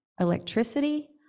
electricity